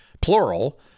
plural